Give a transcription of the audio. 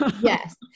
Yes